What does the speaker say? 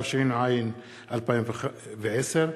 התש"ע 2010,